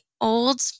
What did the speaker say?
old